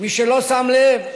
מי שלא שם לב,